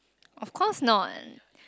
of course not